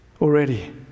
already